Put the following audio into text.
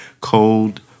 Cold